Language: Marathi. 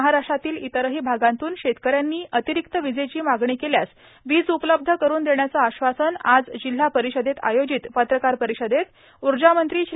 महाराष्ट्रातील इतरही भागातून शेतकऱ्यांनी अतिरिक्त विजेची मागणी केल्यास वीज उपलब्ध करून देण्याचं आश्वासन आज जिल्हा परिषदेत आयोजित पत्रकार परिषदेत ऊर्जामंत्री श्री